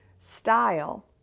style